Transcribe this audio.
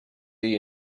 you